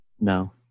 No